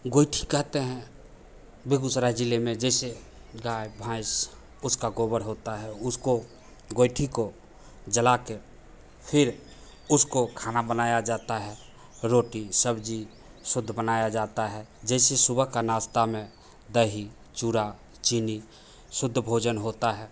गोइठी कहते हैं बेगूसराय ज़िले में जैसे गाय भैंस उसका गोबर होता है उसको गोइठी को जला के फिर उसको खाना बनाया जाता है रोटी सब्ज़ी शुद्ध बनाया जाता है जैसे सुबह के नाश्ते में दही चूरा चीनी शुद्ध भोजन होता है